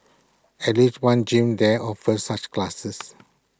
at least one gym there offers such classes